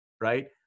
right